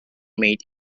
made